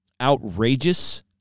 outrageous